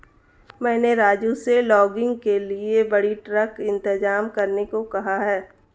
मैंने राजू से लॉगिंग के लिए बड़ी ट्रक इंतजाम करने को कहा है